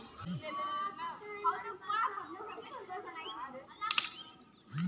फसल की सिंचाई में कितना लागत लागेला?